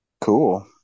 cool